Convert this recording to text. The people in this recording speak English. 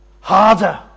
harder